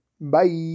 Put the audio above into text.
Bye